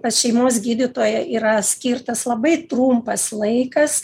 pas šeimos gydytoją yra skirtas labai trumpas laikas